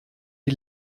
die